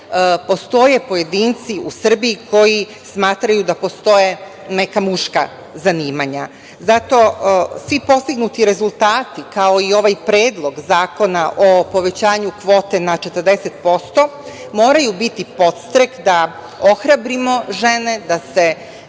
postoje pojedinci u Srbiji koji smatraju da postoje neka muška zanimanja. Zato, svi postignuti rezultati kao i ovaj Predlog zakona o povećanju kvote na 40% moraju biti podstrek da ohrabrimo žene da se